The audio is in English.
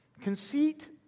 Conceit